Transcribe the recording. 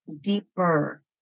deeper